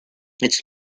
its